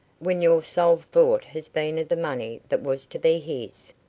when your sole thought has been of the money that was to be his.